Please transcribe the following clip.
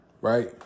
right